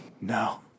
No